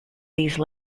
these